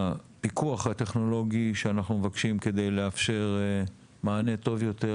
הפיקוח הטכנולוגי שאנחנו מבקשים כדי לאפשר מענה טוב יותר